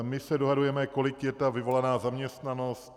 My se dohadujeme, kolik je ta vyvolaná zaměstnanost.